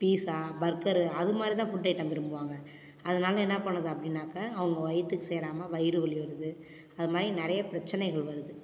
pizza burger அது மாதிரி தான் ஃபுட் ஐட்டம் விரும்புவாங்க அதனால என்ன பண்ணுது அப்படினாக்க அவங்க வயிற்றுக்கு சேராமல் வயிறு வலி வருது அது மாதிரி நிறைய பிரச்சினைகள் வருது